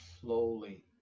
slowly